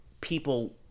people